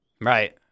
right